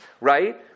right